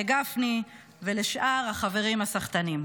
לגפני ולשאר החברים הסחטנים.